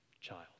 Child